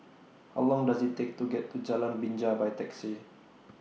How Long Does IT Take to get to Jalan Binja By Taxi